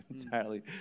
entirely